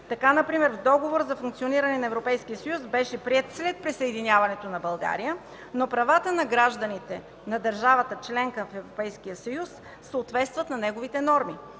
Така например Договора за функциониране на Европейския съюз бе приет след присъединяването на България, но правата на гражданите на държавата – членка в Европейския съюз, съответстват на неговите норми.